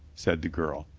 said the girl.